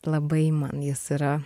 labai man jis yra